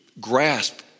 grasp